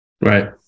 Right